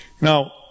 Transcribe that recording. Now